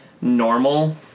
normal